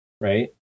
right